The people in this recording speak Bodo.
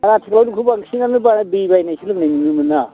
आरो आथिखालाव दैखौ बांसिनानो बा दै बायनायसो लोंनाय नुनो मोनो आं